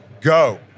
go